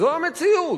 זו המציאות.